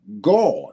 God